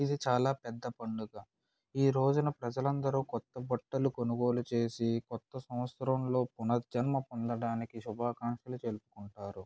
ఇది చాలా పెద్ద పండుగ ఈ రోజున ప్రజలందరూ కొత్తబట్టలు కొనుగోలు చేసి కొత్త సంవత్సరంలో పునర్జన్మ పొందడానికి శుభాకాంక్షలు తెలుపుకుంటారు